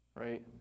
right